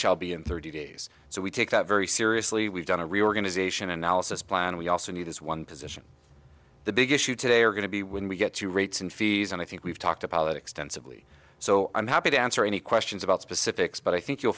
be in thirty days so we take that very seriously we've done a reorganization analysis plan we also need is one position the big issue today are going to be when we get to rates and fees and i think we've talked about extensively so i'm happy to answer any questions about specifics but i think you'll